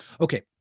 Okay